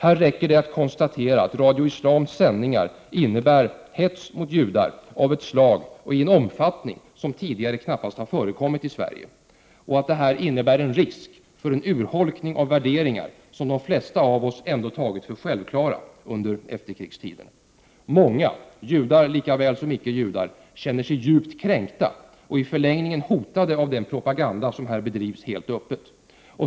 Här räcker det att konstatera att Radio Islams sändningar innebär hets mot judar av ett slag och i en omfattning som tidigare knappast har förekommit i Sverige och att detta innebär risk för en urholkning av värderingar som de flesta av oss ändå har tagit för självklara under efterkrigstiden. Många, judar lika väl som icke judar, känner sig djupt kränkta och i förlängningen hotade av den propaganda som här bedrivs helt öppet.